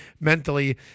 mentally